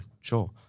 sure